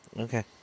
Okay